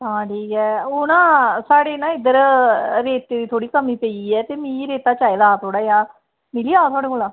हून साढ़ी ना इद्धर रेत दी कमीं पेई ऐ ते मिगी रेता चाहिदा हा थोह्ड़ा मिली जाह्ग थुआढ़े कोला